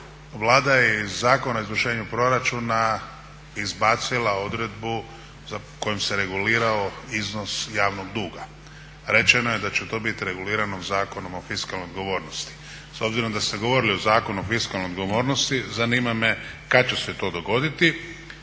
Vlada je iz Zakona o izvršenju proračuna izbacila odredbu kojom se regulirao iznos javnog duga. Rečeno je da će to biti regulirano Zakonom o fiskalnoj odgovornosti. S obzirom da ste govorili o Zakonu o fiskalnoj odgovornosti zanima me kad će se to dogoditi.